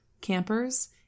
Campers